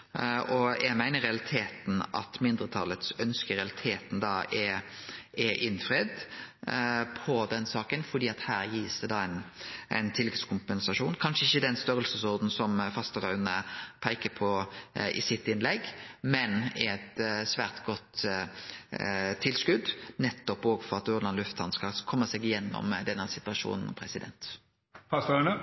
tilleggskompensasjon. Eg meiner ønsket frå mindretalet i realiteten da er innfridd i den saka, for her blir det gitt ein tilleggskompensasjon. Han er kanskje ikkje i den storleiken Fasteraune peiker på i innlegget sitt, men det er eit svært godt tilskot nettopp for at Ørland lufthamn skal kome seg gjennom denne situasjonen. Vi deler